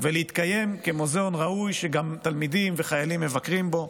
ולהתקיים כמוזיאון ראוי שגם תלמידים וחיילים מבקרים בו.